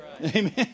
Amen